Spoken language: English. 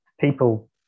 people